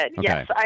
yes